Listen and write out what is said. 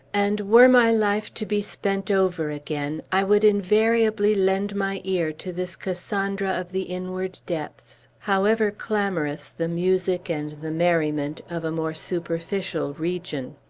and were my life to be spent over again, i would invariably lend my ear to this cassandra of the inward depths, however clamorous the music and the merriment of a more superficial region.